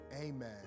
amen